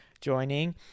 joining